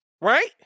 Right